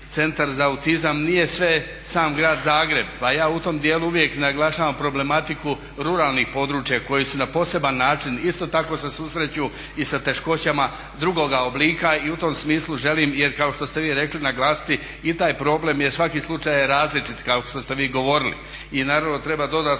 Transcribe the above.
Centar za autizam nije sve sam grad Zagreb, a ja u tom dijelu uvijek naglašavam problematiku ruralnih područja koji su na poseban način isto tako se susreću i sa teškoćama drugoga oblika. I u tom smislu želim jer kao što ste vi rekli naglasiti i taj problem jer svaki slučaj je različit kao što ste vi govorili i naravno treba dodatno